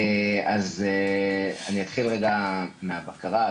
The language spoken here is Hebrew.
אתחיל מהבקרה.